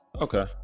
okay